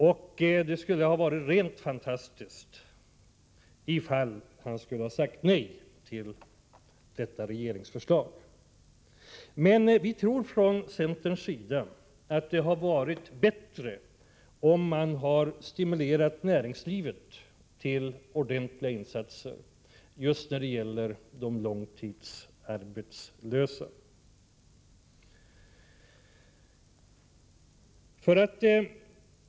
Därför kan jag säga att det skulle ha varit rent fantastiskt ifall han hade sagt nej till detta regeringsförslag. Från centerns sida tror vi dock att det hade varit bättre om man hade stimulerat näringslivet till ordentliga insatser just när det gäller de långtidsarbetslösa.